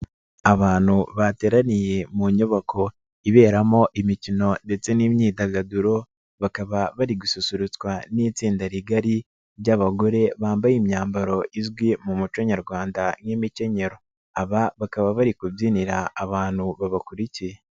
Abantu bateraniye mu nyubako iberamo imikino ndetse n'imyidagaduro, bakaba bari gususurutswa n'itsinda rigari ry'abagore, bambaye imyambaro izwi mu muco nyarwanda nk'imikenyero, aba bakaba bari kubyinira abantu babakurikiye.